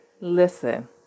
listen